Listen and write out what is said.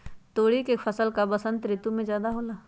तोरी के फसल का बसंत ऋतु में ज्यादा होला?